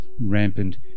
rampant